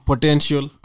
Potential